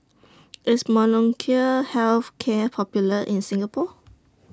IS Molnylcke Health Care Popular in Singapore